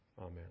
Amen